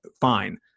Fine